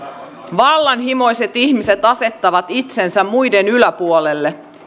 vallanhimoiset ihmiset asettavat itsensä muiden yläpuolelle